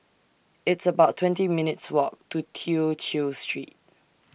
It's about twenty minutes' Walk to Tew Chew Street